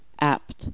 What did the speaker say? Apt